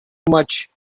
much